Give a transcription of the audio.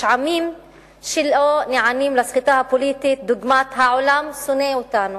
יש עמים שלא נענים לסחיטה הפוליטית דוגמת "העולם שונא אותנו".